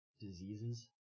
diseases